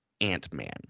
Ant-Man